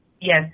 yes